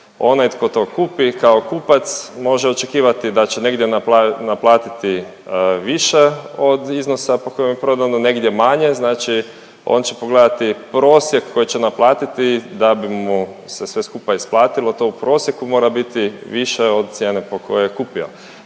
Onaj tko to kupi kao kupac može očekivati da će negdje naplatiti više od iznosa po kojem je prodano, negdje manje. Znači on će pogledati prosjek koji će naplatiti da bi mu se sve skupa isplatilo. To u prosjeku mora biti više od cijene po kojoj je kupio.